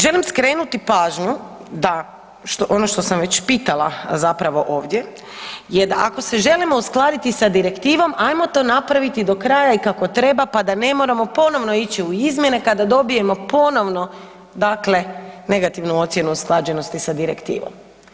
Želim skrenuti pažnju da ono što sam već pitala zapravo ovdje je da ako se želimo uskladiti sa direktivom, ajmo to napraviti do kraja i kako treba pa da ne moramo ponovno ići u izmjene kada dobijemo ponovno dakle negativnu ocjenu o usklađenosti sa direktivom.